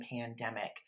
pandemic